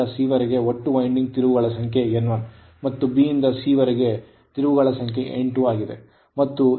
A ಯಿಂದ C ವರೆಗೆ ಒಟ್ಟು winding ತಿರುವುಗಳ ಸಂಖ್ಯೆ N1 ಮತ್ತು ಬಿ ಯಿಂದ ಸಿ ವರೆಗಿನ ತಿರುವುಗಳ ಸಂಖ್ಯೆ N2 ಆಗಿದೆ